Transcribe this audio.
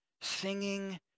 singing